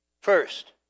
First